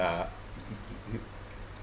uh